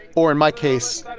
or in my case,